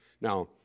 Now